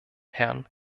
herrn